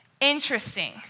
interesting